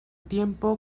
tiempo